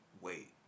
Wait